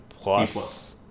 plus